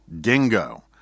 Dingo